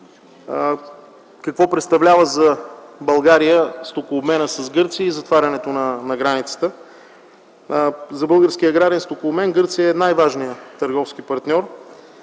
какво представлява за България стокообменът с Гърция и затварянето на границата. За българския аграрен стокообмен Гърция е най важният търговски партньор.